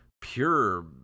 pure